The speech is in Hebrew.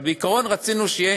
אבל בעיקרון רצינו שיהיה